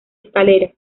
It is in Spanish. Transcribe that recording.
escalera